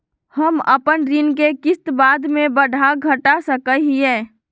हम अपन ऋण के किस्त बाद में बढ़ा घटा सकई हियइ?